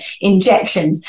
injections